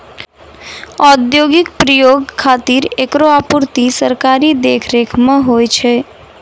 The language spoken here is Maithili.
औद्योगिक प्रयोग खातिर एकरो आपूर्ति सरकारी देखरेख म होय छै